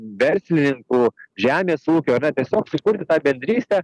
verslininkų žemės ūkio ar ne tiesiog sukurti tą bendrystę